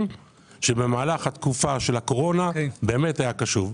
שבמהלך התקופה של הקורונה באמת היה קשוב.